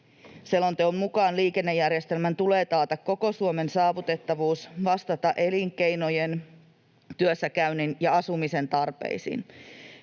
Selonteon mukaan liikennejärjestelmän tulee taata koko Suomen saavutettavuus ja vastata elinkeinojen, työssäkäynnin ja asumisen tarpeisiin.